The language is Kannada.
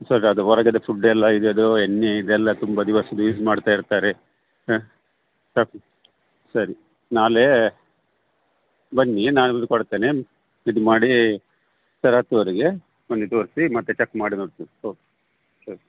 ಸರಿ ಅದು ಹೊರಗಡೆ ಫುಡ್ ಎಲ್ಲ ಈಗ ಅದು ಎಣ್ಣೆ ಇದೆಲ್ಲಾ ತುಂಬ ದಿವಸದ್ದು ಯೂಸ್ ಮಾಡ್ತಾ ಇರ್ತಾರೆ ಹಾಂ ಹಾಂ ಸರ್ ನಾಳೆ ಬನ್ನಿ ನಾನು ಇದು ಕೊಡ್ತೇನೆ ಇದು ಮಾಡೀ ಸರ್ ಹತ್ತುವರೆಗೆ ಬಂದು ತೋರಿಸಿ ಮತ್ತು ಚಕ್ ಮಾಡಿ ನೋಡ್ತೆ ಓಕೆ ಸರಿ